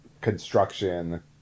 construction